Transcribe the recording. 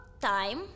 time